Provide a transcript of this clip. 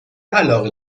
علاقه